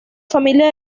familia